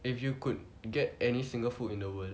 if you could get any single food in the world